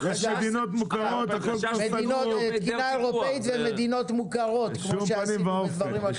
מדינות בתקינה אירופאית ומדינות מוכרות כמו שעשינו בדברים אחרים.